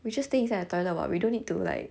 we just stay inside the toilet [what] we don't need to like